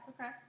okay